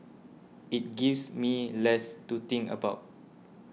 it gives me less to think about